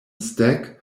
stack